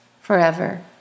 forever